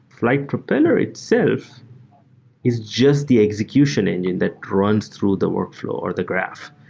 flyte propeller itself is just the execution engine that runs through the workflow or the graph.